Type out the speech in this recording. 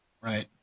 Right